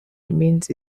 remains